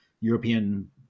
European